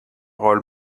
rôle